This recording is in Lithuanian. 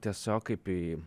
tiesiog kaip į